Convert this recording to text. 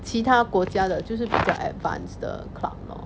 其他国家的就是比较 advance 的 club lor